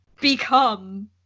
Become